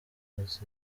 hasi